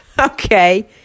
Okay